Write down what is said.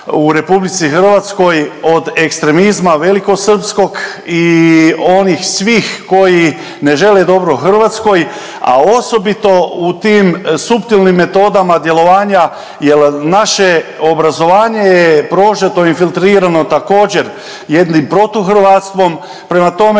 u RH od ekstremizma velikosrpskog i onih svih koji ne žele dobro Hrvatskoj, a osobito u tim suptilnim metodama djelovanja jel naše obrazovanje je prožeto i filtrirano također jednim protuhrvatstvom, prema tome